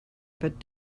but